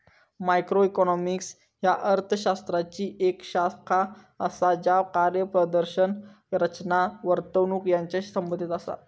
macroeconomics ह्या अर्थ शास्त्राची येक शाखा असा ज्या कार्यप्रदर्शन, रचना, वर्तणूक यांचाशी संबंधित असा